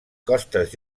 costes